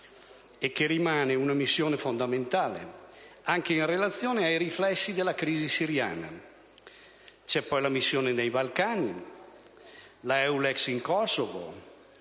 e che rimane una missione fondamentale anche in relazione ai riflessi della crisi siriana; la missione nei Balcani; la Eulex in Kosovo;